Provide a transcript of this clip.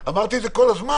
אמרתי את זה כל הזמן,